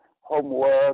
homework